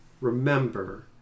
remember